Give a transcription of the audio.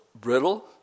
brittle